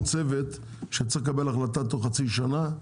צוות שצריך לקבל החלטה תוך חצי שנה.